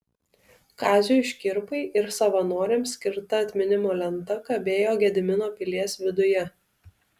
kaziui škirpai ir savanoriams skirta atminimo lenta kabėjo gedimino pilies viduje